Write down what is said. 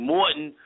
Morton